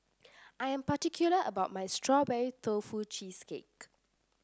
I am particular about my Strawberry Tofu Cheesecake